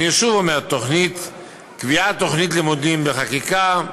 אני שוב אומר, קביעת לימודים בחקיקה,